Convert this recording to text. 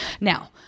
Now